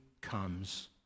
comes